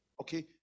Okay